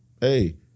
hey